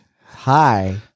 Hi